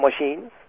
machines